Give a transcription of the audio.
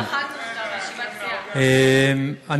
איפה העוגה?